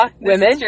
women